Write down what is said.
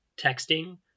texting